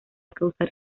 causar